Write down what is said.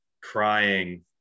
crying